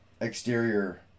exterior